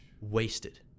wasted